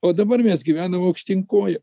o dabar mes gyvenam aukštyn koja